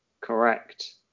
correct